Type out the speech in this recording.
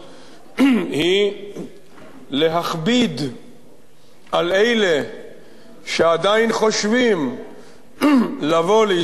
היא להכביד על אלה שעדיין חושבים לבוא לישראל,